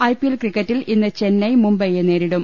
IPL ക്രിക്കറ്റിൽ ഇന്ന് ചെന്നൈ മുംബൈയെ നേരി ടും